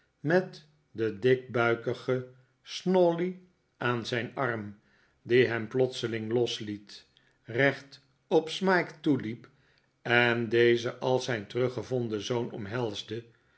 met den dikbuikigen snawley aan zijn arm die hem plotseling losliet recht op smike toeliep en dezen als zijn teruggevonden zoon omhelsde